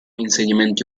insediamenti